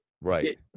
Right